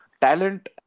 talent